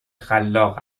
خلاق